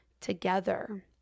together